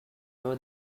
more